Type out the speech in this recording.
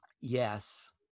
Yes